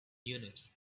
munich